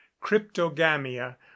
cryptogamia